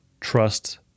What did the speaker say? trust